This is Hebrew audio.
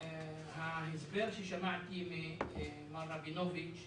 ההסבר ששמעתי ממר רבינוביץ'